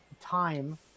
time